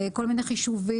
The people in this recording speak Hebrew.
כל מיני חישובים.